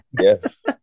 Yes